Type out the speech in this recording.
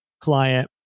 client